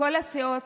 מכל הסיעות,